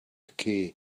occur